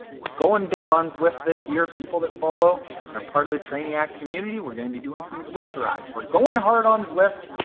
going big on zwift this year. people that follow and are part of the trainiac community, we're going to be doing some zwift rides. we're going hard on zwift,